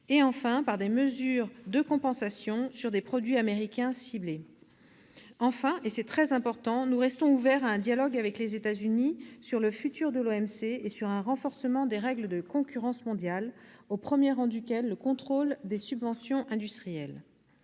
de l'acier et des mesures de compensation sur des produits américains ciblés. Enfin, et c'est très important, nous restons ouverts à un dialogue avec les États-Unis sur le futur de l'OMC et sur un renforcement des règles de concurrence mondiale, en particulier sur le contrôle des subventions industrielles.